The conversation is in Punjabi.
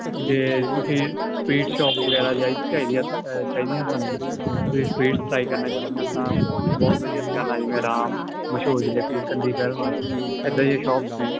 ਜੇ ਤੁਸੀਂ ਸਵੀਟ ਸ਼ੋਪ ਵਗੈਰਾ ਜਾਈਆਂ ਚਾਹੀਦੀਆਂ ਤੁਹਾਨੂੰ ਸਵੀਟ ਟਰਾਈ ਕਰਨਾ ਚਾਹੁੰਦੀ ਆ ਤਾਂ ਬਹੁਤ ਵਧੀਆ ਦੁਕਾਨਾਂ ਜਿਵੇਂ ਰਾਮ ਮਸ਼ਹੂਰ ਜ਼ਿਲ੍ਹੇ ਕੀ ਕੰਦੀ ਪਹਿਲਵਾਨ ਇਦਾਂ ਦੀਆਂ ਸ਼ੌਪਸ ਨੇ